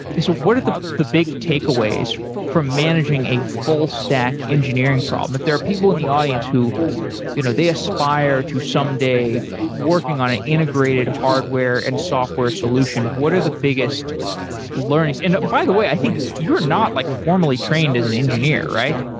so what are the the big takeaways from managing a full stack engineering problem? if there are people in the audience who you know they aspire to someday working on an integrated hardware and software solution, what are the biggest learnings? and by the way, i think you're not like formally trained as an engineer, right?